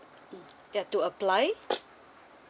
mm that to apply